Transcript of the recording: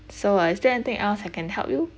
so is there anything else I can help you